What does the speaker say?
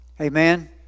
Amen